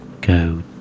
go